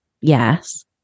Yes